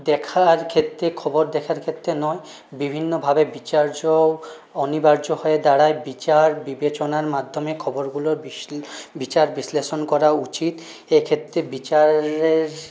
দেখার ক্ষেত্রে খবর দেখার ক্ষেত্রে নয় বিভিন্ন ভাবে বিচার্য অনিবার্য হয়ে দাঁড়ায় বিচার বিবেচনার মাধ্যমে খবরগুলোর বিচার বিশ্লেষণ করা উচিত এ ক্ষেত্রে বিচারের